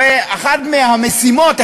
הרי אחת המשימות,